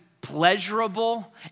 pleasurable